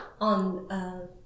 on